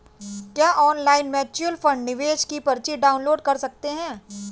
क्या online mutual fund निवेश की पर्ची डाउनलोड कर सकते हैं?